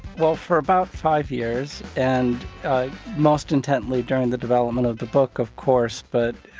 well, for about five years and most intently during the development of the book, of course, but,